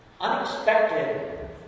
unexpected